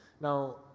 Now